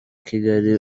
kigali